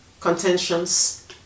contentions